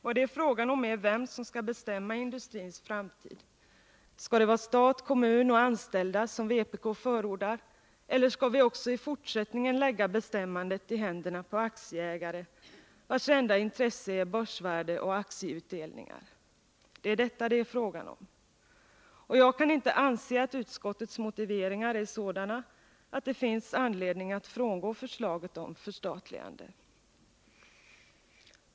Vad det är fråga om är vem som skall bestämma industrins framtid. Skall det vara stat, kommun och anställda, som vpk förordar, eller skall vi också i fortsättningen lägga bestämmandet i händerna på aktieägare, vilkas enda intresse är börsvärde och aktieutdelningar? Det är detta det är fråga om. Och jag kan inte anse att utskottets motiveringar är sådana att det finns anledning att frångå förslaget om förstatligande.